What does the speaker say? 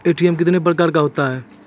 ATM कितने प्रकार का होता हैं?